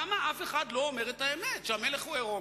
למה אף אחד לא אומר את האמת, שהמלך הוא עירום?